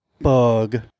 bug